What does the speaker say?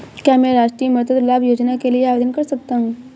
क्या मैं राष्ट्रीय मातृत्व लाभ योजना के लिए आवेदन कर सकता हूँ?